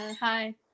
hi